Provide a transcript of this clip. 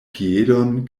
piedon